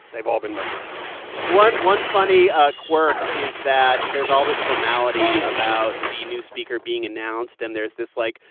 they've all been members one one funny ah quirk is that there's all this formality about the new speaker being announced. and there's this, like,